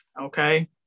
Okay